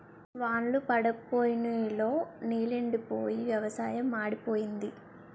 వాన్ళ్లు పడప్పోయి నుయ్ లో నీలెండిపోయి వ్యవసాయం మాడిపోయింది